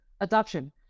adoption